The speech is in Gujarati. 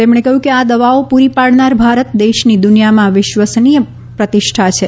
તેમણે કહ્યું કે આ દવાઓ પૂરી પાડનાર ભારત દેશની દુનિયામાં વિશ્વસનીય પ્રતિષ્ઠા છે